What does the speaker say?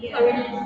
ya